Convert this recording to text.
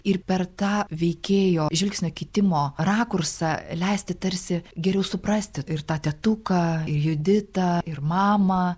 ir per tą veikėjo žvilgsnio kitimo rakursą leisti tarsi geriau suprasti ir tą tetuką ir juditą ir mamą